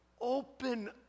open